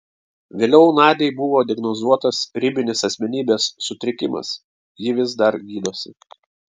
vėliau nadiai buvo diagnozuotas ribinis asmenybės sutrikimas ji vis dar gydosi